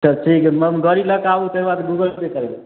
तऽ ठीक है गड़ी लऽ के आबू तेकर बाद गूगल पे करे